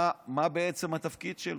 מה בעצם התפקיד שלו?